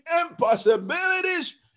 impossibilities